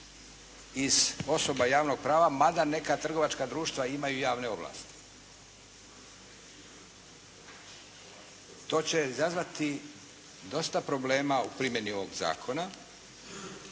iz osoba javnog prava mada neka trgovačka društva imaju i javne ovlasti. To će izazvati dosta problema u primjeni ovog zakona.